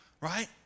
Right